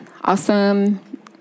Awesome